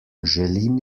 želim